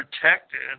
protected